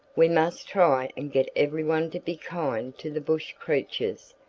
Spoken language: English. we must try and get everyone to be kind to the bush creatures,